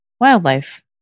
wildlife